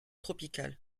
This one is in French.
tropicales